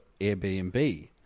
Airbnb